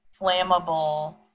flammable